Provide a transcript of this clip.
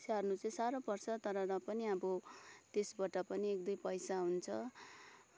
स्याहार्नु चाहिँ साह्रो पर्छ तर र पनि अब त्यसबाट पनि एक दुई पैसा हुन्छ